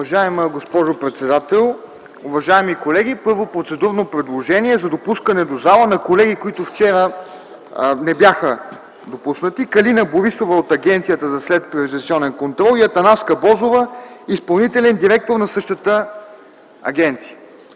Уважаема госпожо председател, уважаеми колеги! Първо, процедурно предложение за допускане в залата на колеги, които вчера не бяха допуснати – Калина Борисова от Агенцията за следприватизационен контрол и Атанаска Бозова – изпълнителен директор на същата агенция.